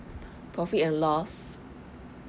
profit and loss